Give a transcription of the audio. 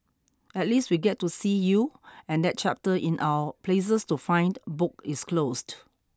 at least we get to see you and that chapter in our places to find book is closed